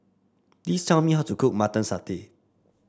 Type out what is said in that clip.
please tell me how to cook Mutton Satay